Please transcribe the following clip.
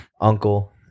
uncle